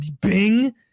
Bing